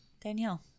Danielle